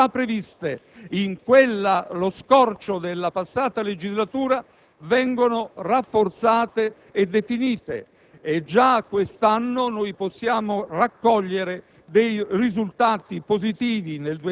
le misure, che erano già state previste in quello scorcio della passata legislatura, vengono rafforzate e definite. Già quest'anno possiamo raccogliere